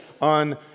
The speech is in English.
on